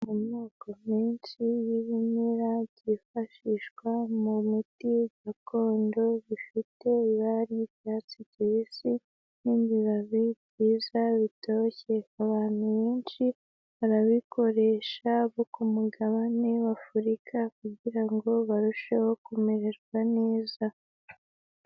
Amoko menshi y'ibimera byifashishwa mu miti gakondo bifite ibara ry'icyatsi kibisi n'ibibabi byiza bitoshye, abantu benshi barabikoresha bo ku mugabane w'Afurika kugira ngo barusheho kumererwa neza.